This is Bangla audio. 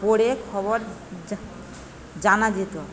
পড়ে খবর জা জানা যেত